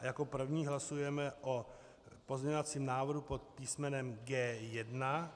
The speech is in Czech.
Jako první hlasujeme o pozměňovacím návrhu pod písmenem G1.